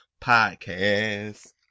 podcast